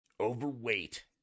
overweight